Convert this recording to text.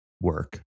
work